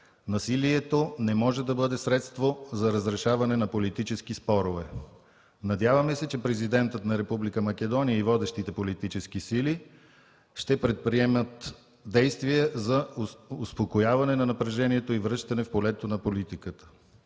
Насилието не може да бъде средство за разрешаване на политически спорове. Надяваме се, че президентът на Република Македония и водещите политически сили ще предприемат действия за успокояване на напрежението и връщане в полето на политиката.